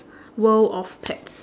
world of pets